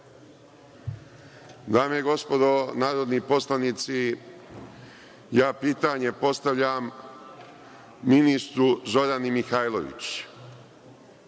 Dame i gospodo narodni poslanici, pitanje postavljam ministru Zorani Mihajlović